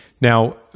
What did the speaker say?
Now